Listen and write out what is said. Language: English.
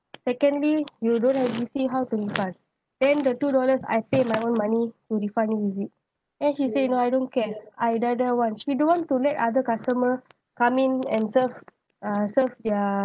secondly you don't have receipt how to refund then the two dollars I pay my own money to refund you is it then she say no I don't care I die die want she don't want to let other customer come in and serve uh serve their